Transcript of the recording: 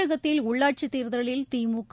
தமிழகத்தில் உள்ளாட்சித் தேர்தலில் திழுக